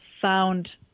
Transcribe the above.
found